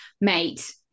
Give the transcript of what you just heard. mate